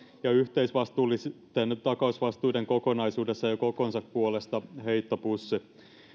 ja yhteisvastuullisten takausvastuiden kokonaisuudessa ja kokonsa puolesta heittopussi